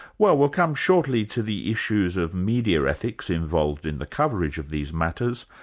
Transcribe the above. well we'll come shortly to the issues of media ethics involved in the coverage of these matters,